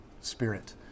spirit